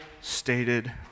stated